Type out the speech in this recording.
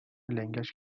لنگش